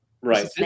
Right